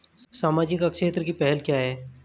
सामाजिक क्षेत्र की पहल क्या हैं?